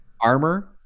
armor